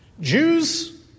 Jews